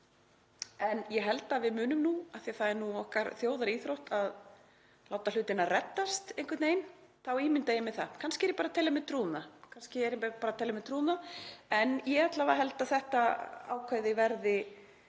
en ég held að við munum nú, af því að það er okkar þjóðaríþrótt að láta hlutina reddast einhvern veginn, þá ímynda ég mér það, kannski er ég bara að telja mér trú um það, en ég alla vega held að þetta ákvæði verði